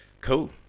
cool